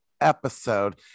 episode